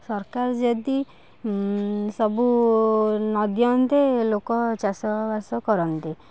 ସରକାର ଯଦି ସବୁ ନ ଦିଅନ୍ତେ ଲୋକ ଚାଷବାସ କରନ୍ତେ